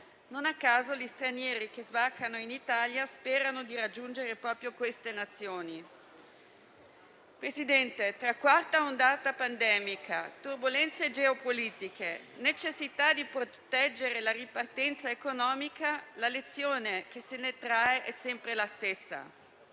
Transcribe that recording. Non a caso, gli stranieri che sbarcano in Italia sperano di raggiungere proprio quelle Nazioni. Presidente Draghi, tra quarta ondata pandemica, turbolenze geopolitiche e necessità di proteggere la ripartenza economica, la lezione che se ne trae è sempre la stessa: